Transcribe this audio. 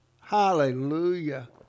Hallelujah